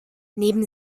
neben